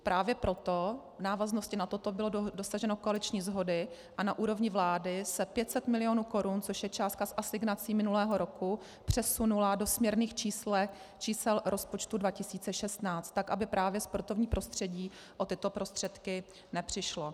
Právě proto v návaznosti na toto bylo dosaženo koaliční shody a na úrovni vlády se 500 mil. korun, což je částka z asignací minulého roku, přesunula do směrných čísel rozpočtu 2016 tak, aby právě sportovní prostředí o tyto prostředky nepřišlo.